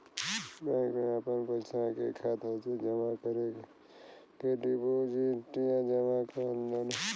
bank मे आपन पइसा के खाता मे जमा करे के डीपोसिट या जमा कहल जाला